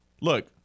Look